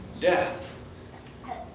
death